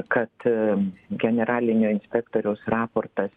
kad generalinio inspektoriaus raportas